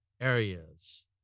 areas